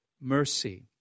mercy